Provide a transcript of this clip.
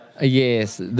Yes